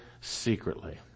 secretly